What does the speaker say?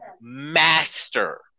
master